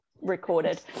recorded